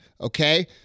okay